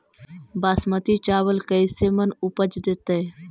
बासमती चावल कैसे मन उपज देतै?